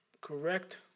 correct